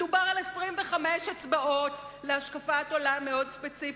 מדובר על 25 אצבעות להשקפת עולם מאוד ספציפית,